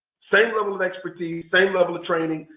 same level of expertise, same level of training,